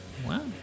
Wow